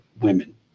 women